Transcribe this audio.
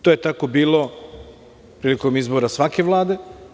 To je tako bilo prilikom izbora svake Vlade.